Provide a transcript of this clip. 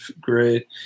great